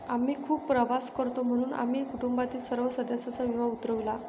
आम्ही खूप प्रवास करतो म्हणून आम्ही कुटुंबातील सर्व सदस्यांचा विमा उतरविला